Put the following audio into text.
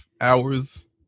hours